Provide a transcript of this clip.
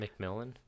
McMillan